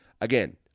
Again